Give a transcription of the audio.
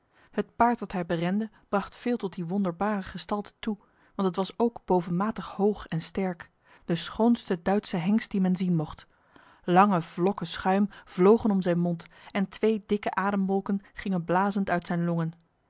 het paard dat hij berende bracht veel tot die wonderbare gestalte toe want het was ook bovenmate hoog en sterk de schoonste duitse hengst die men zien mocht lange vlokken schuim vlogen om zijn mond en twee dikke ademwolken gingen blazend uit zijn longen